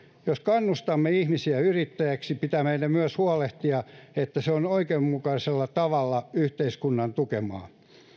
jos kannustamme ihmisiä yrittäjiksi pitää meidän myös huolehtia että se on oikeudenmukaisella tavalla yhteiskunnan tukemaa